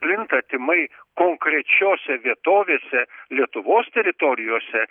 plinta tymai konkrečiose vietovėse lietuvos teritorijose